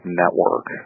network